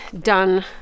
done